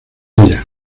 ella